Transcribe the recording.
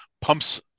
pumps